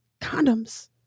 condoms